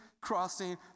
crossing